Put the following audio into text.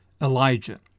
Elijah